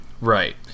Right